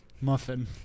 muffin